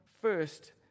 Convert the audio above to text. first